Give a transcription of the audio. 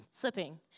slipping